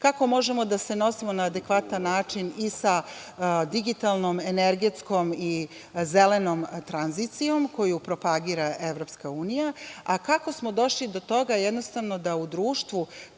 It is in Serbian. kako možemo da se nosimo na adekvatan način i sa digitalnom, energetskom i zelenom tranzicijom koju propagira EU, a kako smo došli do toga da jednostavno u društvu